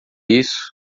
isso